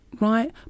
right